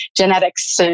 genetics